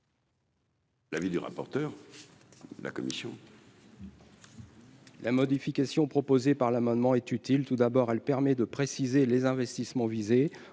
L'avis du rapporteur de la commission.